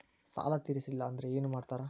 ಸಾಲ ತೇರಿಸಲಿಲ್ಲ ಅಂದ್ರೆ ಏನು ಮಾಡ್ತಾರಾ?